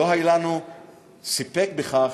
לא היה לנו סיפק לכך,